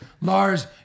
Lars